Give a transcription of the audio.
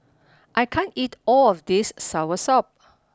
I can't eat all of this Soursop